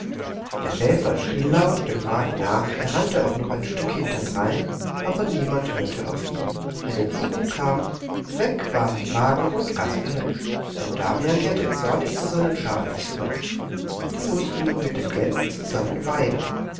der schäfer schrie laut dem wagen nach er rannte auch noch ein stück hinterdrein aber niemand hörte auf ihn eine biegung kam weg waren wagen und kasperle und damian kehrte zornig zu seinen schafen zurück die mußten nun mit den gänsen zusammen weiden